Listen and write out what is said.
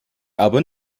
aber